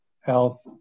health